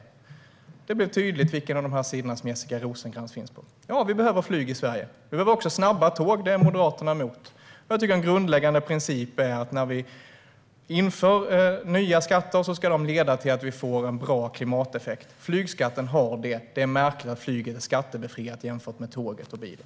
Det blir tydligt vilken av dessa sidor som Jessica Rosencrantz finns på. Det är riktigt att vi behöver flyg i Sverige. Vi behöver också snabba tåg, vilket Moderaterna är emot. Jag tycker att en grundläggande princip när vi inför nya skatter ska vara att de ska leda till att vi får en bra klimateffekt. Flygskatten har det. Det är märkligt att flyget är skattebefriat jämfört med tåget och bilen.